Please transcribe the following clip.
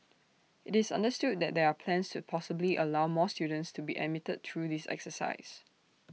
this understood that there are plans to possibly allow more students to be admitted through this exercise